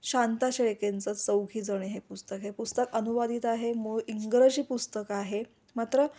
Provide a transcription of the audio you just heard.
शांता शेळकेंचं चौघीजणी हे पुस्तक हे पुस्तक अनुवादित आहे मूळ इंग्रजी पुस्तक आहे मात्र